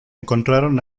encontraron